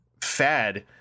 fad